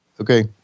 Okay